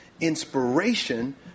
inspiration